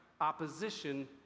opposition